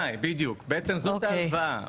כן בעצם זאת ההלוואה.